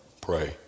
Pray